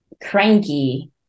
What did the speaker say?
cranky